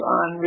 on